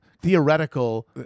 theoretical